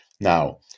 Now